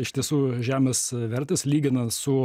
iš tiesų žemės vertės lyginant su